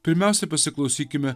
pirmiausia pasiklausykime